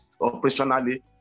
operationally